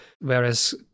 whereas